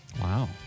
Wow